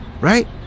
right